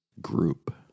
group